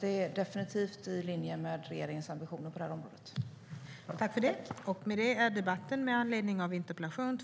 Det är definitivt i linje med regeringens ambitioner på området.